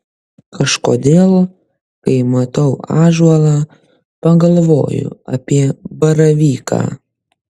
kažkodėl kai matau ąžuolą pagalvoju apie baravyką